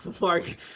Mark